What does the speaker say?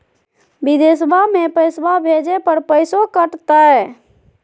बिदेशवा मे पैसवा भेजे पर पैसों कट तय?